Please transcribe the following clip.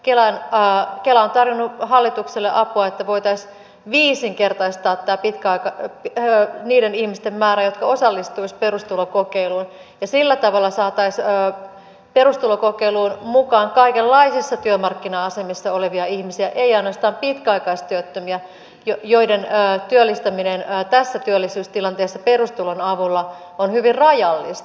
kela on tarjonnut hallitukselle apua että voitaisiin viisinkertaistaa niiden ihmisten määrä jotka osallistuisivat perustulokokeiluun ja sillä tavalla saataisiin perustulokokeiluun mukaan kaikenlaisissa työmarkkina asemissa olevia ihmisiä ei ainoastaan pitkäaikaistyöttömiä joiden työllistäminen tässä työllisyystilanteessa perustulon avulla on hyvin rajallista